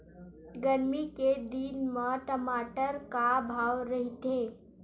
गरमी के दिन म टमाटर का भाव रहिथे?